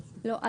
לא.